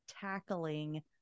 tackling